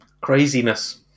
craziness